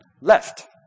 left